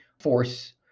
force